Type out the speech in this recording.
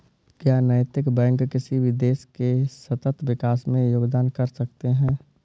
क्या नैतिक बैंक किसी भी देश के सतत विकास में योगदान कर सकते हैं?